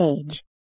age